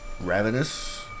Ravenous